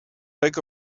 back